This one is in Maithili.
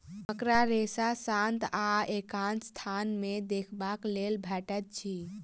मकड़ा रेशा शांत आ एकांत स्थान मे देखबाक लेल भेटैत अछि